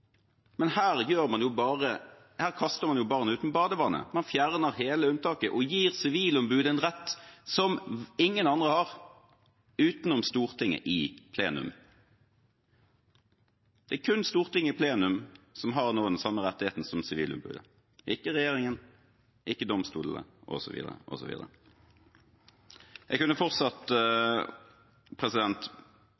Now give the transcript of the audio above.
her kaster man jo barnet ut med badevannet. Man fjerner hele unntaket og gir Sivilombudet en rett, som ingen andre har utenom Stortinget i plenum. Det er kun Stortinget i plenum som har noe av den samme rettigheten som Sivilombudet – ikke regjeringen, ikke domstolene, osv. Jeg kunne fortsatt,